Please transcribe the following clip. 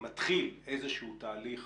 שמתחיל איזשהו תהליך